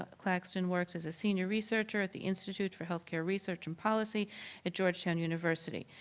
ah claxton worked as a senior researcher at the institute for healthcare research and policy at georgetown university.